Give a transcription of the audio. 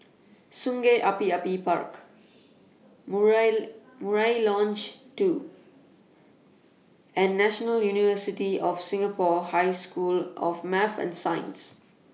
Sungei Api Api Park Murai Murai Lodge two and National University of Singapore High School of Math and Science